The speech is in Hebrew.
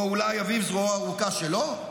או אולי אביו זרועו הארוכה שלו,